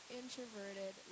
introverted